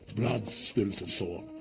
blood spilled to sword,